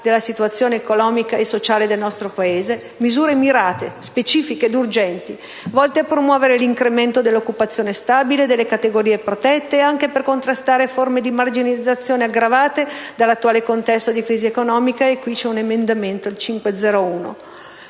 della situazione economica e sociale nel nostro Paese, misure mirate, specifiche ed urgenti volte a promuovere l'incremento dell'occupazione stabile delle categorie protette, anche per contrastare forme di marginalizzazione aggravate dall'attuale contesto di crisi economica. Al riguardo abbiamo